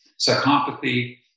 Psychopathy